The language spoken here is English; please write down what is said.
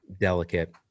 delicate